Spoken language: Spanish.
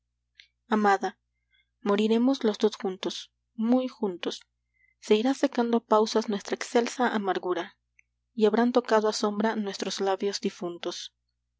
amada moriremos los dos juntos muy juntos se irá secando a pausas nuestra excelsa amargura y habrán tocado a sombra nuestros labios difuntos